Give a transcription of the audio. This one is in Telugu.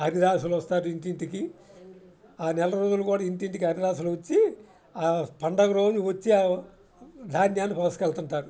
హరిదాసులు వస్తారు ఇంటింటికి ఆ నెల రోజులు కూడా ఇంటింటికి హరిదాసులు వచ్చి ఆ పండుగ రోజు వచ్చి ఆ ధాన్యాన్ని మొసుకెళ్తుంటారు